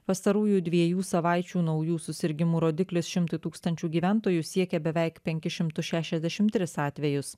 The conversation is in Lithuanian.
pastarųjų dviejų savaičių naujų susirgimų rodiklis šimtui tūkstančių gyventojų siekia beveik penkis šimtus šešiasdešim tris atvejus